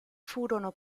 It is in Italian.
furono